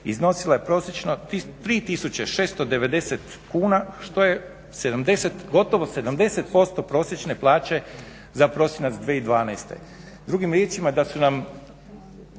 2012.iznosila je prosječno 3690 kuna što je gotovo 70% prosječne plaće za prosinac 2012. Drugim riječima da su svi